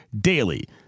DAILY